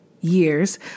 years